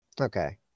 Okay